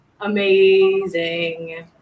amazing